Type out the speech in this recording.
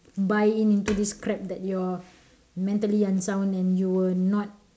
buy in into this crap that you are mentally unsound and you were not